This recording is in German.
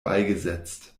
beigesetzt